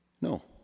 No